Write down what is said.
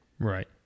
right